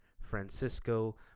Francisco